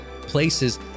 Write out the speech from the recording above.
places